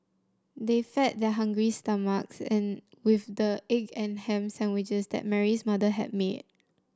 they fed their hungry stomachs with the egg and ham sandwiches that Mary's mother had made